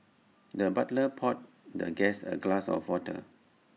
the butler poured the guest A glass of water